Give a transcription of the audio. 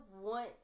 want